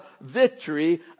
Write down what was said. victory